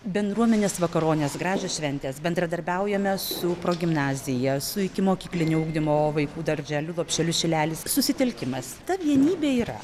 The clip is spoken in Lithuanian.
bendruomenės vakaronės gražios šventės bendradarbiaujame su progimnazija su ikimokyklinio ugdymo vaikų darželiu lopšeliu šilelis susitelkimas ta vienybė yra